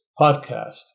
podcast